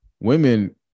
Women